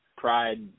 Pride